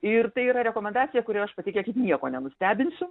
ir tai yra rekomendacija kuria aš patikėkit nieko nenustebinsiu